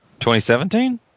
2017